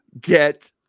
get